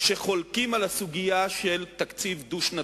חולקים על הרעיון של תקציב דו-שנתי.